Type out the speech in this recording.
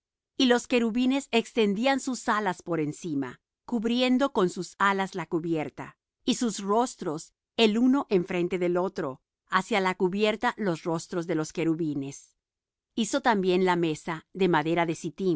y los querubines extendían sus alas por encima cubriendo con sus alas la cubierta y sus rostros el uno enfrente del otro hacia la cubierta los rostros de los querubines hizo también la mesa de madera de sittim